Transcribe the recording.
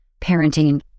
parenting